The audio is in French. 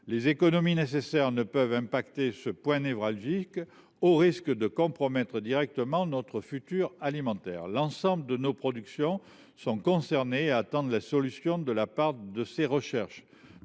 en matière de budget ne peuvent affecter ce point névralgique, au risque de compromettre directement notre futur alimentaire. L’ensemble de nos productions sont concernées et attendent une solution de la part du secteur de